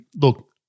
Look